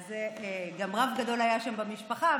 גם רב גדול היה שם במשפחה.